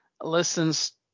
listens